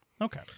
Okay